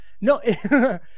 No